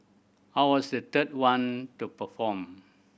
I was the third one to perform